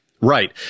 right